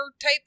type